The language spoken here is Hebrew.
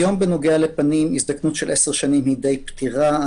היום בנוגע לפנים הזדקנות של עשר שנים היא די פתירה.